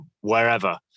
wherever